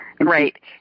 Right